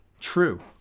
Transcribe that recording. True